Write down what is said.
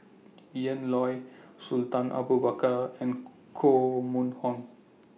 Ian Loy Sultan Abu Bakar and Koh Mun Hong